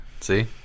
See